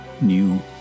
new